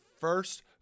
first